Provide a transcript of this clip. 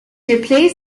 replaced